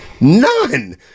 None